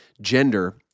gender